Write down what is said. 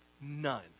none